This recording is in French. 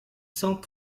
cent